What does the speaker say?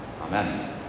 Amen